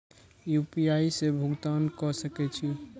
UPI से भुगतान क सके छी?